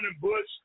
bush